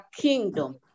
kingdom